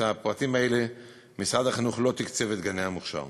את הפרטים האלה משרד החינוך לא תקצב בגני המוכש"ר.